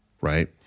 right